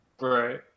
Right